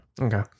Okay